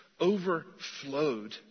Overflowed